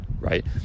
right